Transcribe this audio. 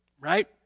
right